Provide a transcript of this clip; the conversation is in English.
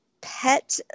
pet